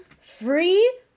free